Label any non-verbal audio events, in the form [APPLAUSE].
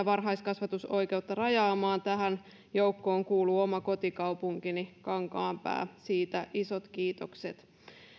[UNINTELLIGIBLE] varhaiskasvatusoikeutta rajamaan tähän joukkoon kuuluu oma kotikaupunkini kankaanpää siitä isot kiitokset